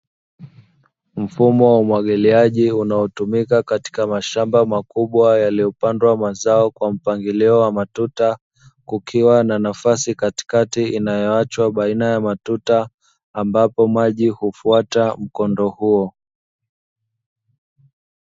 Mfumo wa umwagiliaji unaotumika katika mashamba makubwa yaliyopandwa mazao kwa mpangilio wa matuta, kukiwa na nafasi katikati inayoachwa baina ya matuta ambapo maji hufuata mkondo huo.